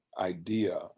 idea